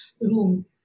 room